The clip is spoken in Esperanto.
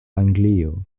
anglio